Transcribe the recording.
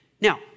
now